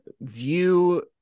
view